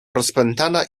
rozpętana